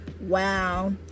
Wow